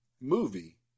movie